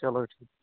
چلو ٹھیٖک